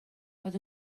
fod